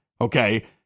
Okay